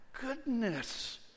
goodness